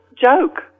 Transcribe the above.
joke